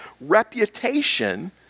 reputation